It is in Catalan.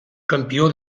campió